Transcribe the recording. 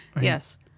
yes